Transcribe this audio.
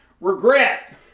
Regret